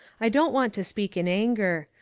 i don't want to speak in anger.